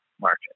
market